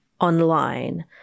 online